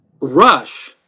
Rush